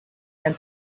and